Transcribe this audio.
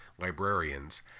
librarians